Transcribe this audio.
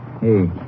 Hey